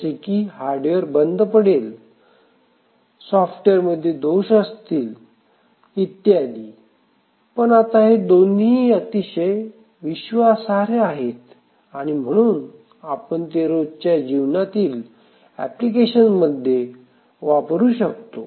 जसे की हार्डवेअर बंद पडेल सॉफ्टवेअर मध्ये दोष असतील इत्यादी पण आता हे दोन्हीही अतिशय विश्वासार्ह आहेत आणि म्हणून आपण ते रोजच्या जीवनातील एप्लिकेशन मध्ये वापरू शकतो